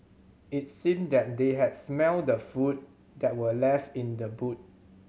it seemed that they had smelt the food that were left in the boot